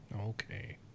Okay